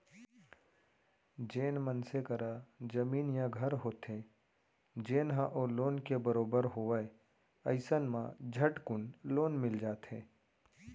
जेन मनसे करा जमीन या घर होथे जेन ह ओ लोन के बरोबर होवय अइसन म झटकुन लोन मिल जाथे